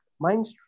mindstream